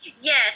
Yes